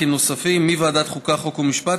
אלעזר שטרן וטלי פלוסקוב,